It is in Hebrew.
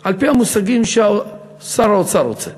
על-פי המושגים ששר האוצר רוצה,